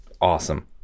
awesome